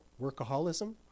workaholism